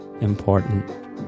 important